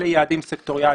אלה יעדים סקטוריאליים.